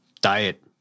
diet